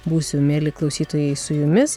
būsiu mieli klausytojai su jumis